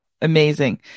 Amazing